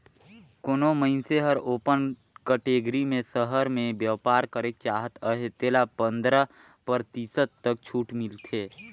कोनो मइनसे हर ओपन कटेगरी में सहर में बयपार करेक चाहत अहे तेला पंदरा परतिसत तक छूट मिलथे